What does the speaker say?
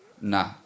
Nah